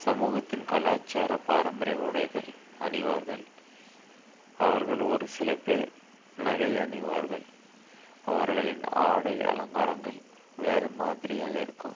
சமூகத்தின் கலாச்சார பாரம்பரிய உடைகள் அணிவார்கள் அவர்கள் ஒரு சில பேர் நகை அணிவார்கள் அவர்களின் ஆடை அலங்காரங்கள் வேறு மாதிரியாக இருக்கும்